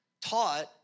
taught